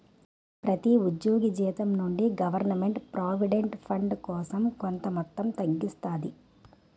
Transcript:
ప్రతి ఉద్యోగి జీతం నుండి గవర్నమెంట్ ప్రావిడెంట్ ఫండ్ కోసం కొంత మొత్తం తగ్గిస్తాది